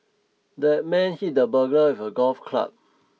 the man hit the burglar with a golf club